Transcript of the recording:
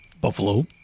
Buffalo